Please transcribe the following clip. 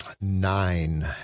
Nine